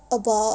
about